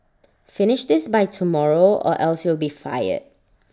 finish this by tomorrow or else you'll be fired